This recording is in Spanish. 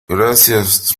gracias